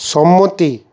সম্মতি